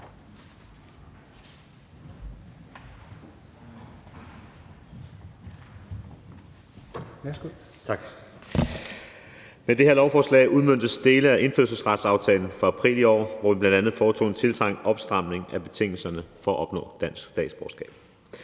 Med det her lovforslag udmøntes dele af indfødsretsaftalen fra april i år, hvor vi bl.a. foretog en tiltrængt opstramning af betingelserne for at opnå dansk statsborgerskab.